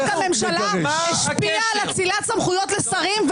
הממשלה השפיע על אצילת סמכויות לשרים,